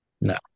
No